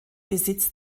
besitz